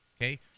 Okay